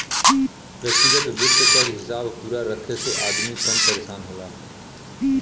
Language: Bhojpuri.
व्यग्तिगत वित्त क हिसाब पूरा रखे से अदमी कम परेसान होला